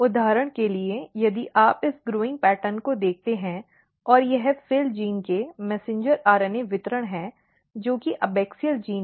उदाहरण के लिए यदि आप इस बढ़ते हुए पैटर्न को देखते हैं और यह FIL जीन के मैसेन्जर् RNA वितरण है जो कि एबैक्सिअल जीन है